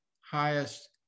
highest